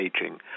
aging